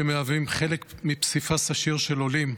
שמהווים חלק מפסיפס עשיר של עולים,